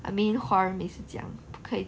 I mean 华人每次讲不可以